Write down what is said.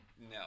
No